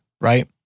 right